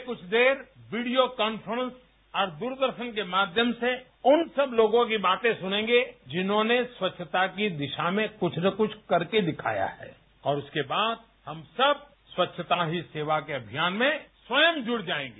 पहले बुछ देर वीडियो कोफ्रेंस और दूरदर्शन के माध्यम से उन सब लोगों की बातें सुनेगे जिन्होंने स्वाच्छता की दिशा में कुछ न कुछ कर के दिखाया है और उसके बाद हम सब स्वक्छता ही सेवा के अभियान में स्वयं जुड़ जाएंगे